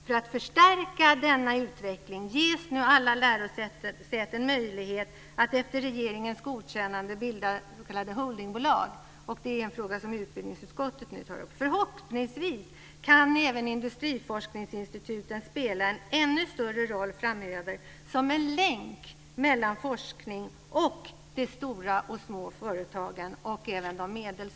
För att förstärka denna utveckling ges nu alla lärosäten möjlighet att efter regeringens godkännande bilda s.k. holdingbolag, och det är en fråga som utbildningsutskottet nu tar upp. Förhoppningsvis kan även industriforskningsinstituten spela en ännu större roll framöver som en länk mellan forskning och de stora, medelstora och små företagen.